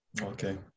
okay